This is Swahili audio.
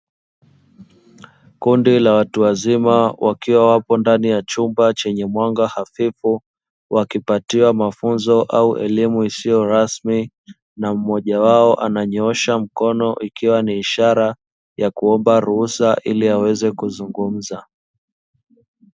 Kundi la watu wazima wakiwa wapo ndani ya chumba chenye mwanga hafifu, wakipatiwa mafunzo au elimu isiyo rasmi na mmoja wao ananyoosha mkono ikiwa ni ishara ya kuomba ruhusa ili aweze kuzungumza.